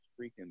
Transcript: freaking